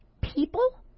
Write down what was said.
people